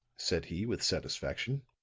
said he, with satisfaction.